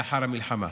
לאחר המלחמה.